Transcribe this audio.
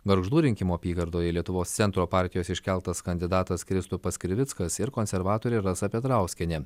gargždų rinkimų apygardoje lietuvos centro partijos iškeltas kandidatas kristupas krivickas ir konservatorė rasa petrauskienė